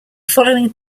following